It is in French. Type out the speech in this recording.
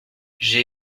j’ai